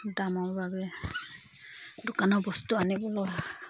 দামৰ বাবে দোকানৰ বস্তু আনিবলৈ